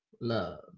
love